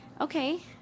Okay